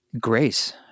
grace